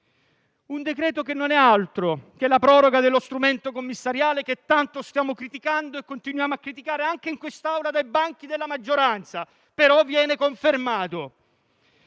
un decreto che non è altro che la proroga dello strumento commissariale che tanto stiamo criticando e che continuiamo a criticare anche in quest'Aula, dai banchi della maggioranza, ma che viene confermato.